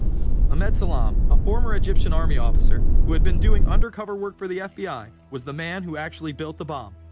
ah so um a former egyptian army officer, who had been doing undercover work for the fbi. was the man who actually built the bomb.